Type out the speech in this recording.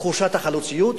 תחושת החלוציות.